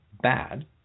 bad